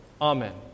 Amen